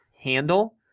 handle